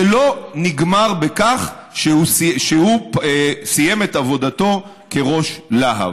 זה לא נגמר בכך שהוא סיים את עבודתו כראש להב.